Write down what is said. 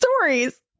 stories